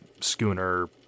schooner